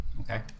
Okay